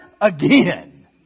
again